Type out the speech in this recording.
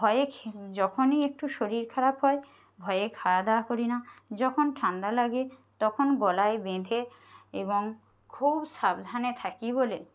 ভয়ে যখনই একটু শরীর খারাপ হয় ভয়ে খাওয়া দাওয়া করি না যখন ঠান্ডা লাগে তখন গলায় বেঁধে এবং খুব সাবধানে থাকি বলে